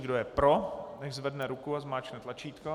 Kdo je pro, nechť zvedne ruku a zmáčkne tlačítko.